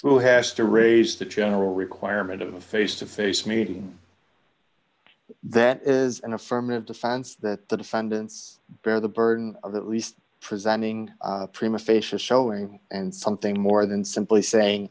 who has to raise the general requirement of a face to face meeting that is an affirmative defense that the defendants bear the burden of at least presenting prima facia showing and something more than simply saying